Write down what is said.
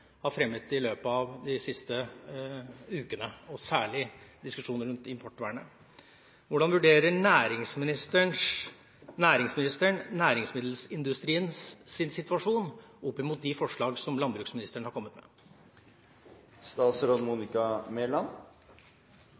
har fremmet i løpet av de siste ukene og særlig diskusjonen rundt importvernet. Hvordan vurderer næringsministeren næringsmiddelindustriens situasjon opp mot de forslag som landbruksministeren har kommet